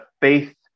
faith